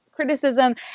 Criticism